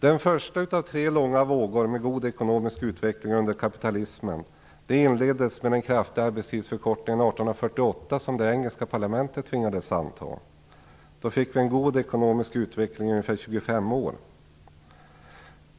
Den första av tre långa vågor med god ekonomisk utveckling under kapitalismen inleddes med den kraftiga arbetstidsförkortning som det engelska parlamentet tvingades anta 1848. Då fick man en god ekonomisk utveckling i ungefär 25 år.